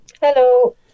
Hello